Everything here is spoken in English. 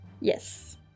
Yes